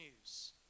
news